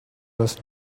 was